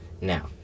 Now